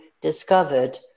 discovered